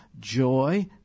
joy